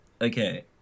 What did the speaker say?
Okay